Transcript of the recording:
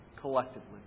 collectively